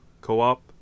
co-op